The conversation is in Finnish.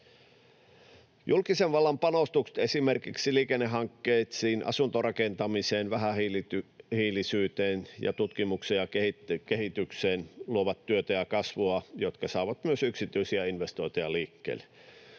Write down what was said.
Julkisen vallan panostukset esimerkiksi liikennehankkeisiin, asuntorakentamiseen, vähähiilisyyteen ja tutkimukseen ja kehitykseen luovat työtä ja kasvua, jotka saavat myös yksityisiä investointeja liikkeelle.